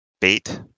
bait